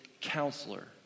counselor